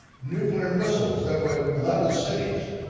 nuclear missiles that would level cities.